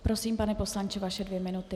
Prosím, pane poslanče, vaše dvě minuty.